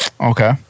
Okay